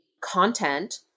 content